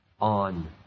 on